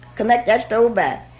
connect that stove back.